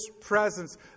presence